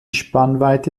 spannweite